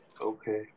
Okay